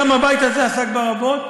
וגם הבית הזה עסק בה רבות,